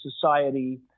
society